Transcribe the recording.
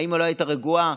האם לא הייתה רגועה.